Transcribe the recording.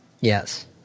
Yes